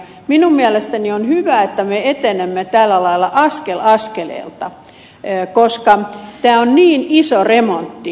minun mielestäni on hyvä että me etenemme tällä lailla askel askeleelta koska tämä on niin iso remontti